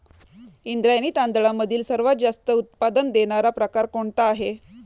इंद्रायणी तांदळामधील सर्वात जास्त उत्पादन देणारा प्रकार कोणता आहे?